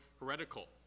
heretical